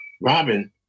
Robin